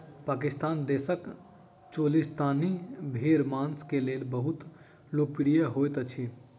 पाकिस्तान देशक चोलिस्तानी भेड़ मांस के लेल बहुत लोकप्रिय होइत अछि